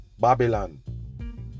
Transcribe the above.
Babylon